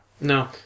no